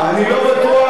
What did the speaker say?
תחדש.